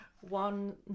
one